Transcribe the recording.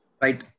Right